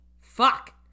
Fuck